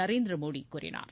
நரேந்திர மோடி கூறினார்